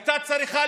תעסוקתם.